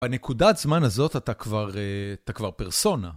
בנקודת זמן הזאת אתה כבר, אתה כבר פרסונה.